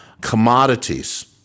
Commodities